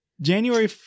January